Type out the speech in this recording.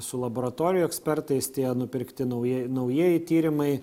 su laboratorijų ekspertais tie nupirkti naujie naujieji tyrimai